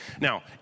Now